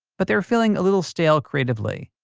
but they were feeling a little stale creatively.